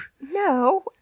No